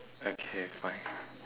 okay fine